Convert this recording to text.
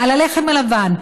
על הלחם הלבן,